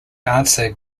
answer